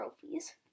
trophies